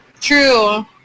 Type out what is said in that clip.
True